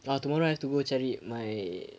ah tomorrow I have to go cari my